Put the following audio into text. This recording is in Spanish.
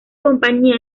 compañía